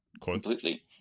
Completely